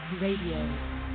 Radio